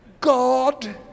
God